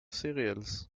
cereals